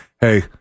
Hey